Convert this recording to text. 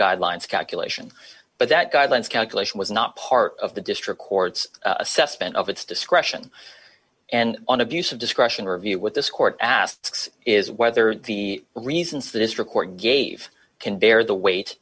guidelines calculation but that guidelines calculation was not part of the district court's assessment of its discretion and on abuse of discretion review what this court asks is whether the reasons that his record gave can bear the weight